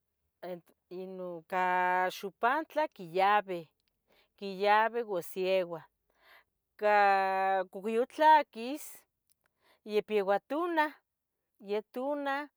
Mhm, e, et, ino cah xopantla quiyabi, quiyabi usieuah, cah youtlaquis ya pieba tuna, ya tuna,